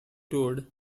toured